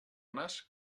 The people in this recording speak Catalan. nas